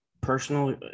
personal